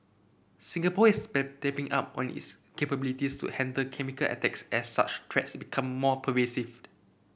Singapore is bed up on its capabilities to handle chemical attacks as such threats become more pervasive